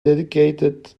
dedicated